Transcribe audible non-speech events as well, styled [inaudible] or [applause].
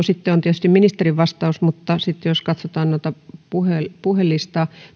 [unintelligible] sitten on tietysti ministerin vastaus mutta sitten katsotaan puhelistaa